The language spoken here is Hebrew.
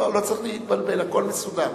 לא צריך להתבלבל, הכול מסודר.